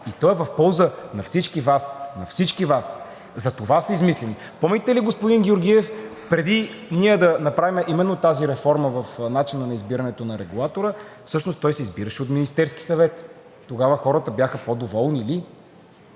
на всички Вас. На всички Вас! Затова са измислени. Помните ли, господин Георгиев, преди ние да направим именно тази реформа в начина на избирането на регулатора, всъщност той се избираше от Министерския съвет? Тогава хората по доволни ли